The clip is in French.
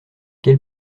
quel